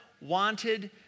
wanted